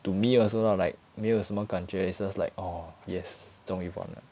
to me also lah like 没有什么感觉 is just like orh yes 终于完了